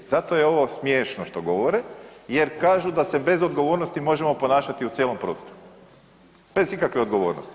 Zato je ovo smiješno što govore jer kažu da se bez odgovornosti možemo ponašati u cijelom prostoru bez ikakve odgovornosti.